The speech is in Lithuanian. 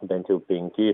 bent jau penki